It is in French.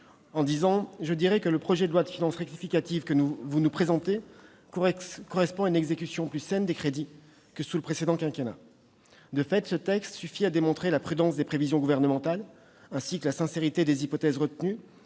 cite de nouveau :« Le projet de loi de finances rectificative que vous nous présentez correspond à une exécution plus saine des crédits que sous le précédent quinquennat ». De fait, ce texte suffit à démontrer la prudence des prévisions gouvernementales, ainsi que la sincérité des hypothèses retenues,